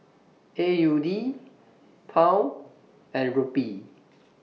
A U D Pound and Rupee